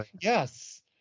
Yes